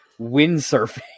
windsurfing